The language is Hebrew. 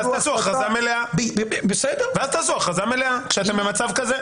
ואז תעשו הכרזה מלאה, כשאתם במצב כזה.